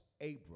Abram